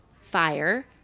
fire